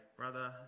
brother